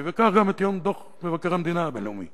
וכך גם את יום דוח מבקר המדינה הבין-לאומי